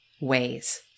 ways